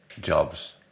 jobs